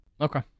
Okay